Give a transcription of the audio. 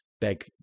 beg